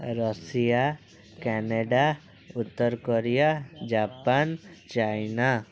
Russia Canada ଉତ୍ତରକୋରିଆ Japan China